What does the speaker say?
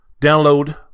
Download